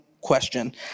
question